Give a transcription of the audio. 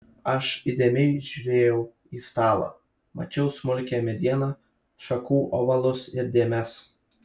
aš įdėmiai žiūrėjau į stalą mačiau smulkią medieną šakų ovalus ir dėmes